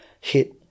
hit